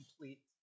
complete